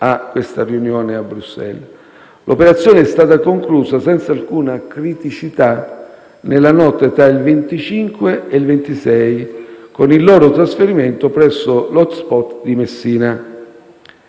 di Catania. L'operazione è stata conclusa senza alcuna criticità nella notte tra il 25 e il 26, con il loro trasferimento presso l'*hotspot* di Messina.